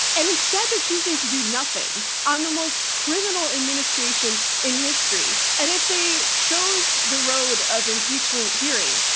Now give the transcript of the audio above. and instead, they're choosing to do nothing on the most criminal administration in history. and if they chose the road of impeachment hearings,